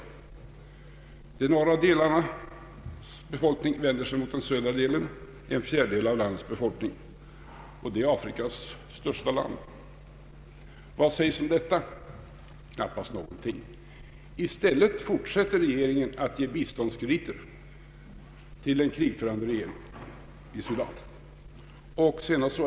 Befolkningen i de norra delarna av detta Afrikas största land vänder sig mot den fjärdedel av landets befolkning som bor i den södra delen. Vad sägs om detta? Knappast någonting. I stället fortsätter regeringen att ge biståndskrediter till den krigförande regeringen i Sudan.